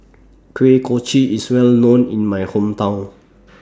Kuih Kochi IS Well known in My Hometown